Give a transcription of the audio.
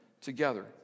together